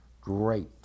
great